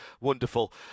wonderful